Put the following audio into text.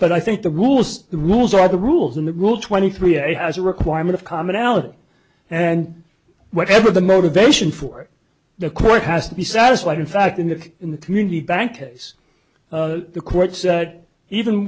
but i think the rules the rules are the rules and the rule twenty three has a requirement of commonality and whatever the motivation for it the court has to be satisfied in fact in the in the community bank case the courts even